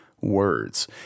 words